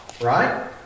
Right